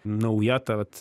nauja tad vat